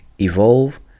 evolve